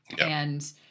And-